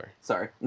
Sorry